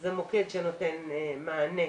זה מוקד שנותן מענה